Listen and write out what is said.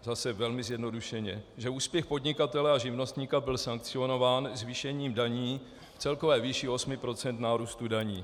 Zase velmi zjednodušeně, že úspěch podnikatele a živnostníka byl sankcionován zvýšením daní v celkové výši 8 % nárůstu daní.